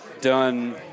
done